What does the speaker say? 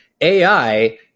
AI